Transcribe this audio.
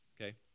okay